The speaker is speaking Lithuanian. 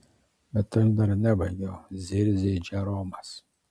bet aš dar nebaigiau zirzė džeromas